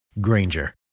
Granger